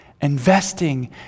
investing